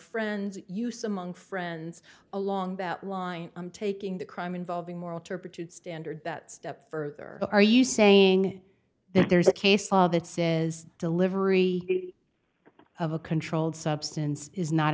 friends use among friends along that line i'm taking the crime involving moral turpitude standard that step further are you saying that there's a case law that says delivery of a controlled substance is not